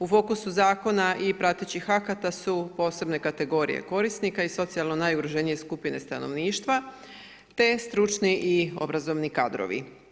U fokusu zakona i pratećih akata su posebne kategorije korisnika i socijalno najugroženije skupine stanovništva te stručni i obrazovni kadrovi.